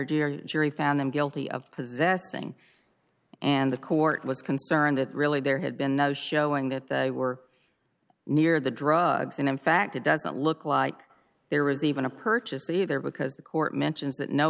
dear jury found them guilty of possessing and the court was concerned that really there had been no showing that they were near the drugs and in fact it doesn't look like there was even a purchase either because the court mentions that no